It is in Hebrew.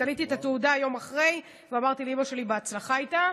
תליתי את התעודה יום אחרי ואמרתי לאימא שלי בהצלחה איתה.